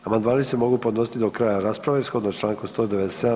Amandmani se mogu podnositi do kraja rasprave shodno članku 197.